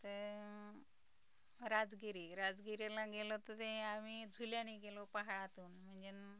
तर राजगिरी राजगिरीला गेलो तर ते आम्ही झुल्याने गेलो पहाडातून म्हणजे न